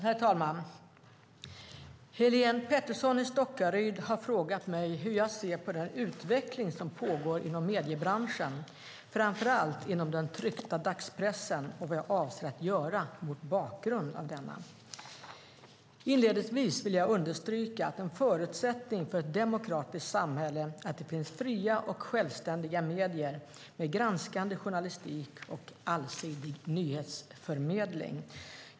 Herr talman! Helene Petersson i Stockaryd har frågat mig hur jag ser på den utveckling som pågår inom mediebranschen - framför allt inom den tryckta dagspressen - och vad jag avser att göra mot bakgrund av denna. Inledningsvis vill jag understryka att en förutsättning för ett demokratiskt samhälle är att det finns fria och självständiga medier med granskande journalistik och allsidig nyhetsförmedling.